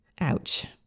Ouch